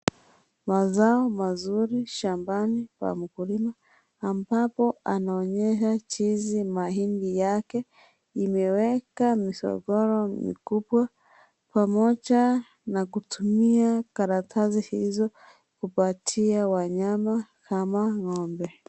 Mazao mazuri shambani pa mkulima ambapo anaonyesha jinsi mahindi yake imeweka mizogoro mikubwa pamoja na kutumia karatasi hizo kupatia wanyama kama ngombe.